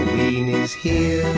is here.